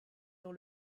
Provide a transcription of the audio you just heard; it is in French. dans